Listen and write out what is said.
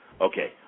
Okay